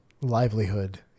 livelihood